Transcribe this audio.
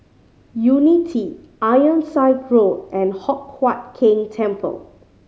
Unity Ironside Road and Hock Huat Keng Temple